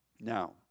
Now